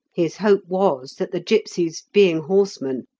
his hope was that the gipsies, being horsemen,